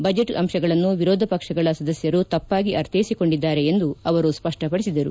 budget ಅಂಶಗಳನ್ನು ವಿರೋಧಪಕ್ಷಗಳ ಸದಸ್ಯರು ತಪ್ಪಾಗಿ ಅರ್ಥೈಸಿಕೊಂಡಿದ್ದಾರೆ ಎಂದು ಅವರು ಸ್ಪಪ್ಪಪಡಿಸಿದರು